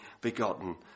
begotten